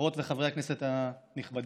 חברות וחברי הכנסת הנכבדים,